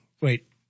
Wait